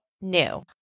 new